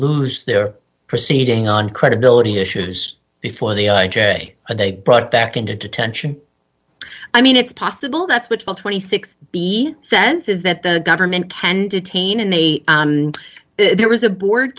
lose their proceeding on credibility issues before the i j a they brought back into detention i mean it's possible that's what full twenty six b sense is that the government can detain and they there was a board